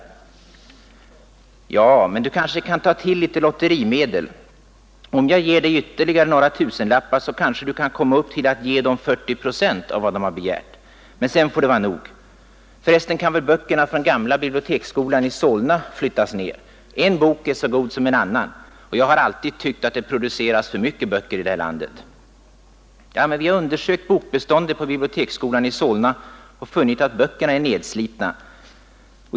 Gunnar: Ja, men du kanske kan ta till litet lotterimedel, och om jag ger dig ytterligare några tusenlappar så kanske du kan komma upp till att ge dem 40 procent av vad de har begärt. Men sen får det vara nog. För resten kan väl böckerna från gamla biblioteksskolan i Solna flyttas ner. En bok är så god som en annan. Jag har alltid tyckt att det produceras för mycket böcker här i landet! Ingvar: Ja, men vi har undersökt bokbeståndet på biblioteksskolan i Solna och funnit att böckerna är nedslitna.